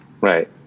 Right